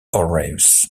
aureus